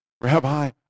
Rabbi